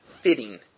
fitting